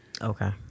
Okay